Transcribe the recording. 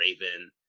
Raven